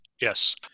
yes